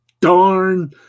darn